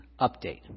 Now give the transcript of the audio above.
update